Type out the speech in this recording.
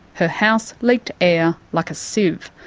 her house leaked air like a sieve.